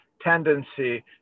tendency